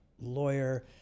lawyer